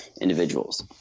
individuals